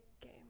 game